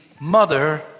mother